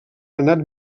anat